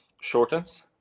shortens